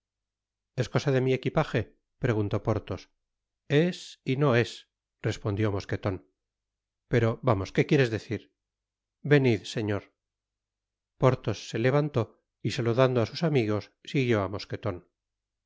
es cosa de mi equipaje preguntó porthos es y no es respondió mosqueton pero vamos que quieres decir venid señor porthos se levantó y saludando á sus amigos siguió á mosqueton